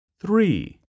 three